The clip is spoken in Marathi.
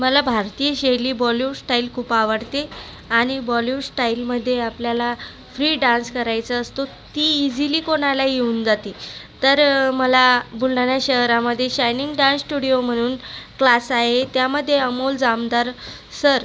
मला भारतीय शैली बॉलीवूड स्टाईल खूप आवडते आणि बॉलीवूड स्टाईलमध्ये आपल्याला फ्री डान्स करायचं असतो ती इझिली कोणालाही येऊन जाते तर मला बुलढाणा शहरामध्ये शायनिंग डान्स स्टुडिओ म्हणून क्लास आहे त्यामध्ये अमोल जामदार सर